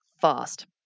fast